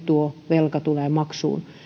tuo velka tulee maksuun